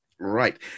Right